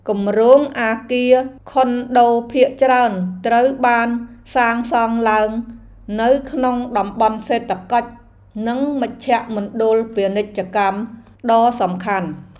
គម្រោងអគារខុនដូភាគច្រើនត្រូវបានសាងសង់ឡើងនៅក្នុងតំបន់សេដ្ឋកិច្ចនិងមជ្ឈមណ្ឌលពាណិជ្ជកម្មដ៏សំខាន់។